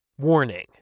Warning